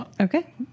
Okay